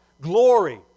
glory